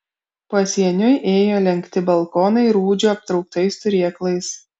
pasieniui ėjo lenkti balkonai rūdžių aptrauktais turėklais